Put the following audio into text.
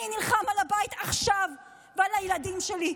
אני נלחם על הבית עכשיו, ועל הילדים שלי.